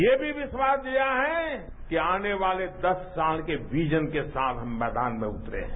ये भी विश्वास दिया है कि आने वाले दस साल के विजन के साथ मैदान में उतरे हैं